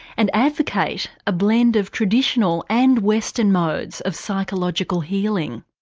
and advocate a blend of traditional and western modes of psychological healing.